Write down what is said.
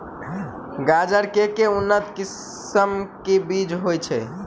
गाजर केँ के उन्नत किसिम केँ बीज होइ छैय?